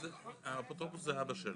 זה סדר הדברים.